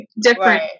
different